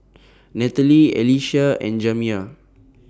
Natalie Alycia and Jamiya